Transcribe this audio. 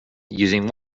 using